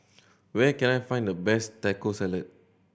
where can I find the best Taco Salad